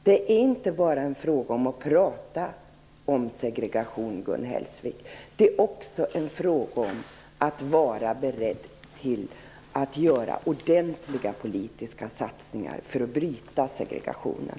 Det är inte bara fråga om att tala om segregation, Gun Hellsvik, det är också fråga om att vara beredd att göra ordentliga politiska satsningar för att bryta segregationen.